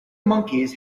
monkeys